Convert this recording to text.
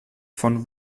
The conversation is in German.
von